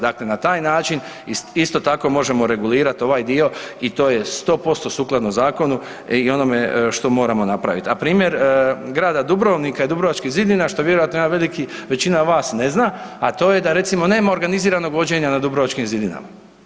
Dakle na taj način isto tako možemo regulirati ovaj dio i to je 100% sukladno zakonu i onome što moramo napraviti, a primjer Grada Dubrovnika i Dubrovačkih zidina što je vjerojatno jedan veliki većina vas ne zna, a to je da recimo nema organiziranog vođenja na Dubrovačkim zidinama.